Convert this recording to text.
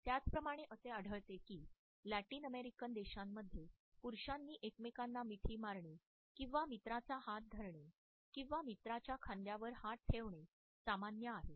त्याचप्रमाणे असे आढळते की लॅटिन अमेरिकन देशांमध्ये पुरुषांनी एकमेकांना मिठी मारणे किंवा मित्राचा हात धरणे किंवा मित्राच्या खांद्यावर हात ठेवणे सामान्य आहे